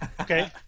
okay